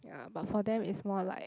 ya but for them it's more like